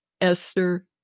Esther